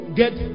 get